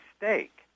mistake